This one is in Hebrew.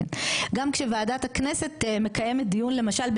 מקיימת דיון למשל,